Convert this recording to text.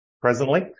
presently